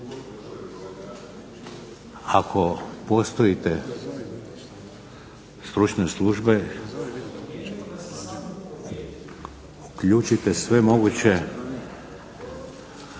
Ako postoje stručne službe uključite sve moguće